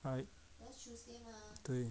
alright 对